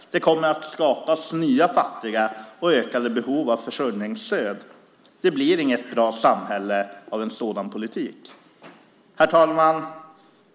Det kommer att skapas nya fattiga och ökade behov av försörjningsstöd. Det blir inget bra samhälle av en sådan politik. Herr talman!